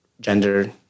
gender